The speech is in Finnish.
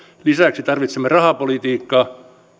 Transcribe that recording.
lisäksi tarvitsemme rahapolitiikkaa